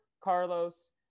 carlos